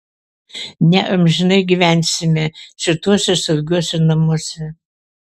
neamžinai gyvensime šituose saugiuose namuose